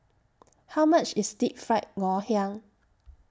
How much IS Deep Fried Ngoh Hiang